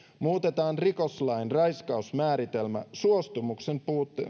muutetaan rikoslain raiskausmääritelmä suostumuksen